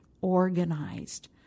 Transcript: organized